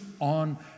on